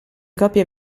copie